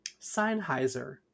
Sennheiser